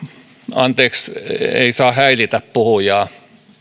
anteeksi ei saa häiritä puhujaa